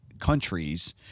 countries